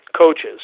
coaches